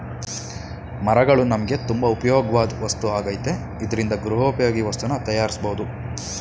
ಮರಗಳು ನಮ್ಗೆ ತುಂಬಾ ಉಪ್ಯೋಗವಾಧ್ ವಸ್ತು ಆಗೈತೆ ಇದ್ರಿಂದ ಗೃಹೋಪಯೋಗಿ ವಸ್ತುನ ತಯಾರ್ಸ್ಬೋದು